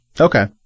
Okay